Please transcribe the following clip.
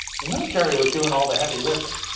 the military was doing all the heavy lifting.